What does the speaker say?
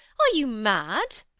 are you mad?